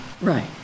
Right